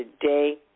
today